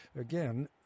Again